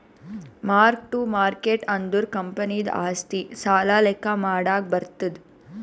mark ಟ್ಟು market ಅಂದುರ್ ಕಂಪನಿದು ಆಸ್ತಿ, ಸಾಲ ಲೆಕ್ಕಾ ಮಾಡಾಗ್ ಬರ್ತುದ್